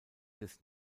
des